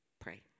pray